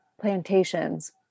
plantations